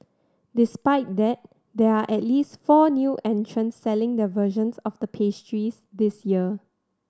despite that there are at least four new entrants selling their versions of the pastries this year